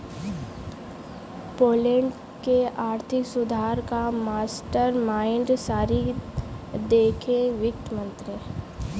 Poland के आर्थिक सुधार का मास्टरमाइंड जारी रखेंगे वित्त मंत्री